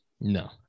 No